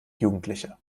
jugendliche